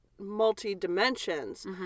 multi-dimensions